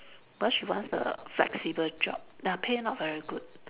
because she wants a flexible job ya pay not very good